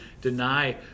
deny